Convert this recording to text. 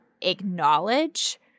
acknowledge